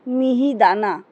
মিহিদানা